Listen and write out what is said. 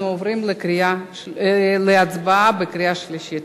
אנחנו עוברים להצבעה בקריאה שלישית.